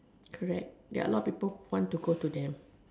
correct there are a lot of people who want to go to them